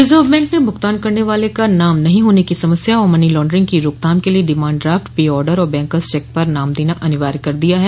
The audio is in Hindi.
रिजर्व बैंक ने भुगतान करने वाले का नाम नहीं होने की समस्या और मनी लांड्रिंग की रोकथाम के लिए डिमांड ड्राफ्ट पे ऑर्डर और बैंकर्स चेक पर नाम देना अनिवार्य कर दिया है